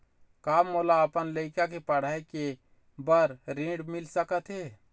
का मोला अपन लइका के पढ़ई के बर ऋण मिल सकत हे?